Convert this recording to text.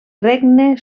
regne